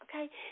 Okay